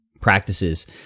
practices